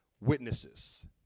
witnesses